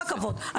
כל הכבוד.